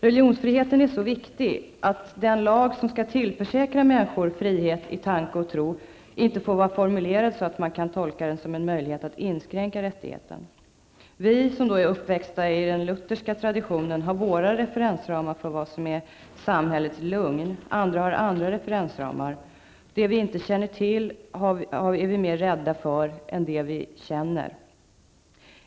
Religionsfriheten är så viktig att den lag som skall tillförsäkra människor frihet i tanke och tro inte får vara formulerade så, att man kan tolka den som en möjlighet att inskränka rättigheten härvidlag. Vi, som är uppvuxna i den Lutherska traditionen, har våra referensramar för vad som är samhällets lugn, andra har andra referensramar. Det vi inte känner till är vi mer rädda för än det vi känner.